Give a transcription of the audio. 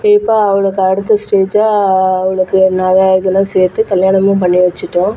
இப்போ அவளுக்கு அடுத்த ஸ்டேஜாக அவளுக்கு நகை கிகைலாம் சேர்த்து கல்யாணமும் பண்ணி வெச்சுட்டோம்